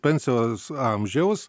pensijos amžiaus